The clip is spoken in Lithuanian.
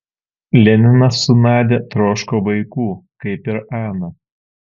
leninas su nadia troško vaikų kaip ir ana